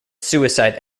suicide